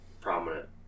prominent